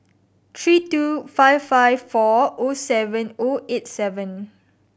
three two five five four O seven O eight seven